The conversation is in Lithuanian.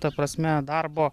ta prasme darbo